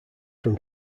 from